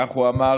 כך הוא אמר,